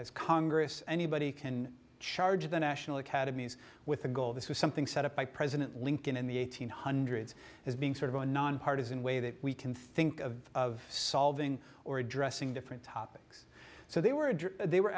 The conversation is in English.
as congress anybody can charge the national academies with the goal of this was something set up by president lincoln in the eighteen hundreds as being sort of a nonpartisan way that we can think of of solving or addressing different topics so they were they were